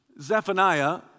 Zephaniah